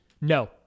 No